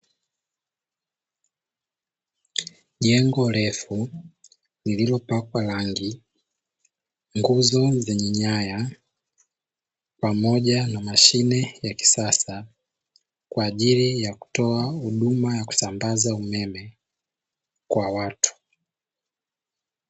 Jengo refu , lililopakwa rangi, nguzo zenye nyaya pamoja na mashine ya kisasa kwa ajili ya kutoa huduma ya kusambaza umeme kwa watu.